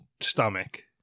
stomach